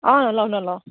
অঁ নলওঁ নলওঁ